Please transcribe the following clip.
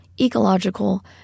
ecological